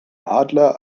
adler